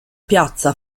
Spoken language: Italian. piazza